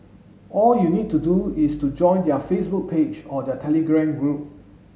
all you need to do is to join their Facebook page or their Telegram group